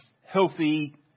healthy